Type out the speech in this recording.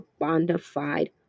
bondified